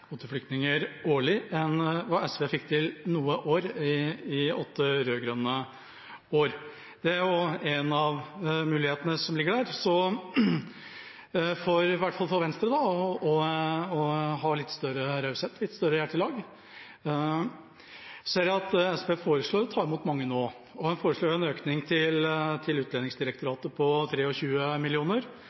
kvoteflyktninger enn hva SV fikk til noe år i åtte rød-grønne år. Det er en av mulighetene som ligger der, i hvert fall for Venstre, til å ha litt større raushet og litt større hjertelag. Så ser jeg at SV foreslår å ta imot mange nå og foreslår en økning til Utlendingsdirektoratet på 23 mill. kr. Arbeiderpartiet foreslår 5,9 mill., mens Senterpartiet kutter 30 mill., både til Utlendingsdirektoratet